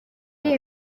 iyi